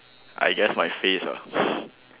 I guess my face ah